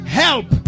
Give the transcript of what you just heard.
help